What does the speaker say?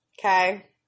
okay